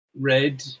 red